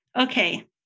Okay